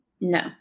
no